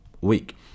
week